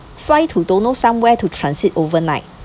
fly to don't know somewhere to transit overnight